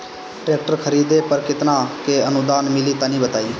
Tractor खरीदे पर कितना के अनुदान मिली तनि बताई?